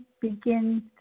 begins